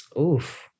Oof